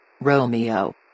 Romeo